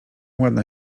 ładna